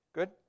Good